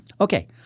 Okay